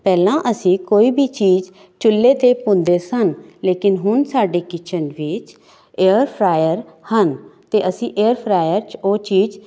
ਪਹਿਲਾਂ ਅਸੀਂ ਕੋਈ ਵੀ ਚੀਜ਼ ਚੁੱਲੇ ਤੇ ਭੁੰਨਦੇ ਸਨ ਲੇਕਿਨ ਹੁਣ ਸਾਡੇ ਕਿਚਨ ਵਿੱਚ ਏਅਰ ਫਰਾਇਅਰ ਹਨ ਅਤੇ ਅਸੀਂ ਏਅਰ ਫਰਾਇਅਰ 'ਚ ਉਹ ਚੀਜ਼